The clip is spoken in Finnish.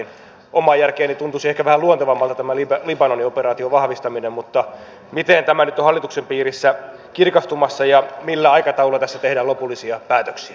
omaan järkeeni tuntuisi ehkä vähän luontevammalta tämä libanonin operaation vahvistaminen mutta miten tämä nyt on hallituksen piirissä kirkastumassa ja millä aikataululla tässä tehdään lopullisia päätöksiä